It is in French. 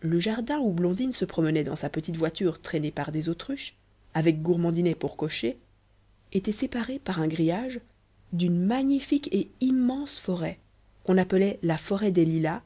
le jardin où blondine se promenait dans sa petite voiture traînée par des autruches avec gourmandinet pour cocher était séparé par un grillage d'une magnifique et immense forêt qu'on appelait la forêt des lilas